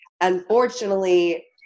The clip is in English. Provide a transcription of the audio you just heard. Unfortunately